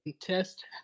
test